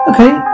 Okay